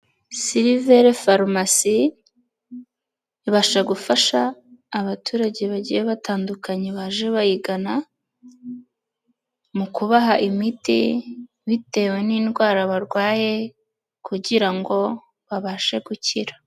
Sylvere farumasi, ibasha gufasha abaturage bagiye batandukanye baje bayigana, mu kubaha imiti, bitewe n'indwara barwaye kugira ngo babashe gukira.